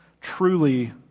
truly